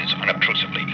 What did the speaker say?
unobtrusively